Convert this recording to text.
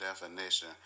definition